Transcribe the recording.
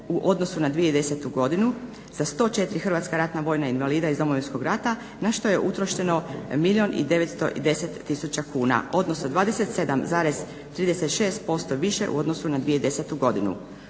u odnosu na 2010. godinu za 104 hrvatska ratna vojna invalida iz Domovinskog rata na što je utrošeno milijun i 910 tisuća kuna, odnosno 27,36% više u odnosu na 2010. godinu.